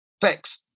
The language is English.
Thanks